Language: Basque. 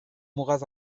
mugaz